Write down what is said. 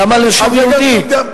למה לרשום יהודי?